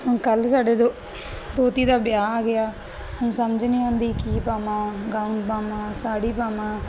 ਹੁਣ ਕੱਲ ਸਾਡੇ ਦੋ ਦੋਤੀ ਦਾ ਵਿਆਹ ਆ ਗਿਆ ਹੁਣ ਸਮਝ ਨਹੀਂ ਆਉਂਦੀ ਕੀ ਪਾਵਾਂ ਗਾਉਨ ਪਾਵਾਂ ਸਾੜੀ ਪਾਵਾਂ